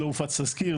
לא הופץ תזכיר,